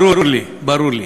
ברור לי, ברור לי.